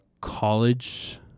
college